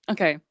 Okay